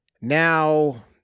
Now